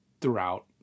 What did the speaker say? throughout